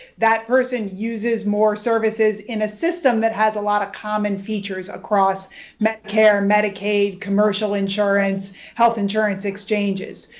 that person uses more services in a system that has a lot of common features across medicare, medicaid, commercial insurance, health insurance exchanges.